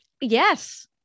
Yes